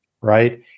right